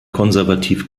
konservativ